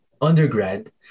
undergrad